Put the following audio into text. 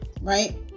right